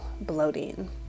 bloating